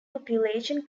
population